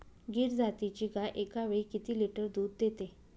गीर जातीची गाय एकावेळी किती लिटर दूध देते?